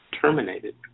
terminated